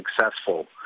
successful